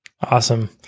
Awesome